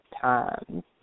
times